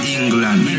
England